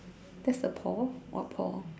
that's the Paul what Paul